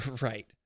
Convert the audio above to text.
right